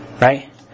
right